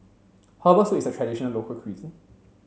herbal soup is a traditional local cuisine